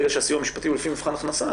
ברגע שהסיוע המשפטי ניתן לפי מבחן הכנסה,